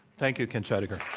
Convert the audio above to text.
thank you, kent scheidegger.